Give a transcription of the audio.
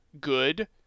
good